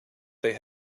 they